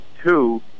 two